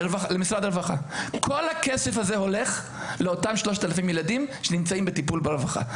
כל הכסף הזה הולך לאותם 3,000 ילדים שנמצאים בטיפול ברווחה,